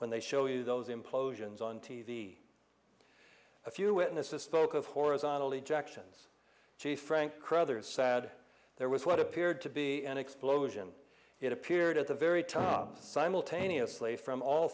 when they show you those implosions on t v a few witnesses spoke of horizontally jackson's chief frank cruthers sad there was what appeared to be an explosion it appeared at the very top simultaneously from all